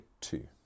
two